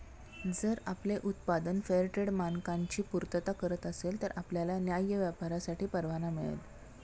जर आपले उत्पादन फेअरट्रेड मानकांची पूर्तता करत असेल तर आपल्याला न्याय्य व्यापारासाठी परवाना मिळेल